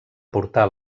portar